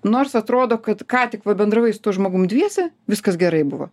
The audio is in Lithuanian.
nors atrodo kad ką tik va bendravai su tuo žmogum dviese viskas gerai buvo